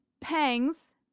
pangs